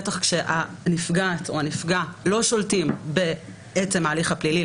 בטח כאשר הנפגעת או הנפגע לא שולטים בעצם ההליך הפלילי,